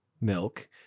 milk